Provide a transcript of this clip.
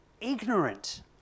ignorant